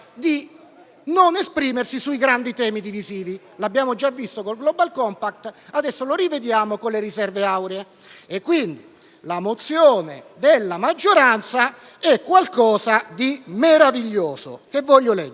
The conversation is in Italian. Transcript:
non esprimersi sui grandi temi divisivi. L'abbiamo già visto con il *global compact* e adesso lo rivediamo con le riserve auree. La mozione della maggioranza è qualcosa di meraviglioso